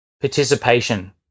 participation